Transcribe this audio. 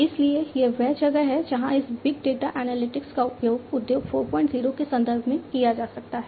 इसलिए यह वह जगह है जहाँ इस बिग डेटा एनालिटिक्स का उपयोग उद्योग 40 के संदर्भ में किया जा सकता है